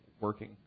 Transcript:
working